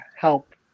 help